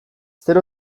zer